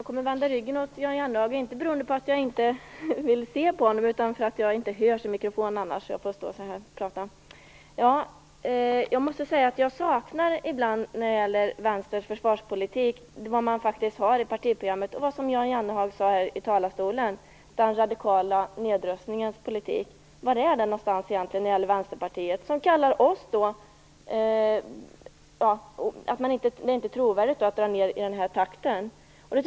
Fru talman! När det gäller Vänsterns försvarspolitik saknar jag ibland det som står i partiprogrammet och det som Jan Jennehag här talade om, nämligen den radikala nedrustningens politik. Var finns den? Vänsterpartiet anser inte att den takt som Miljöpartiet föreslår är trovärdig.